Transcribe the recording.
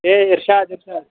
ہے اِرشاد اِرشاد